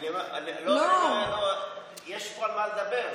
יש פה על מה לדבר.